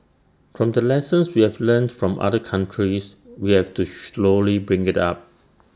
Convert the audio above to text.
from the lessons we have learnt from other countries we have to bring IT up